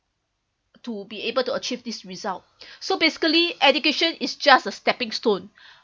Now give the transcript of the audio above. to be able to achieve this result so basically education is just a stepping stone